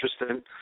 interesting